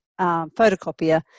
photocopier